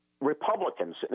Republicans